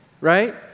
Right